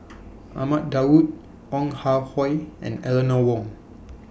Ahmad Daud Ong Ah Hoi and Eleanor Wong